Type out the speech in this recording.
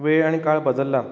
वेळ आनी काळ बदल्ला